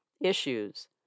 Issues